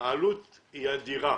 שהעלות היא אדירה.